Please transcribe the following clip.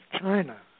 China